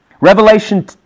Revelation